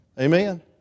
Amen